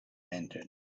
entered